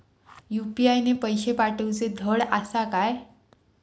UPI ने पैशे पाठवूचे धड आसा काय?